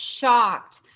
shocked